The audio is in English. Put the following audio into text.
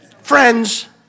friends